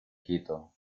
quito